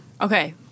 okay